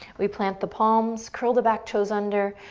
we plant the palms, curl the back toes under,